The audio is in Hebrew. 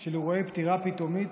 של אירועי פטירה פתאומית,